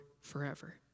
forever